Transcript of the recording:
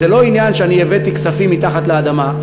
וזה לא עניין שאני הבאתי כספים מתחת לאדמה.